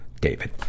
David